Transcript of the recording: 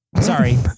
Sorry